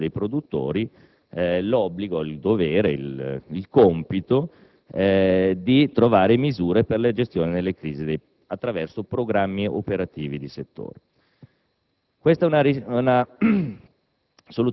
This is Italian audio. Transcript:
attribuisce poi alle organizzazioni dei produttori il compito di trovare misure per la gestione delle crisi attraverso programmi operativi di settore.